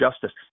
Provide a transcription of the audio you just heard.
justice